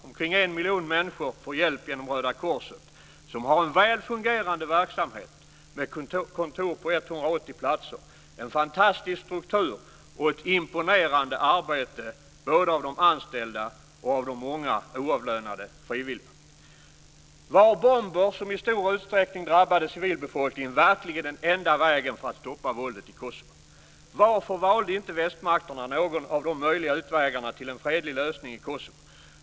Omkring en miljon människor får hjälp genom Röda korset, som har en väl fungerande verksamhet med kontor på 180 platser. Det är en fantastisk struktur och ett imponerande arbete både av de anställda och av de många oavlönade frivilliga. Var bomber, som i stor utsträckning drabbade civilbefolkningen, verkligen den enda utvägen för att stoppa våldet i Kosovo? Varför valde inte västmakterna någon av de möjliga utvägarna till en fredlig lösning i Kosovo?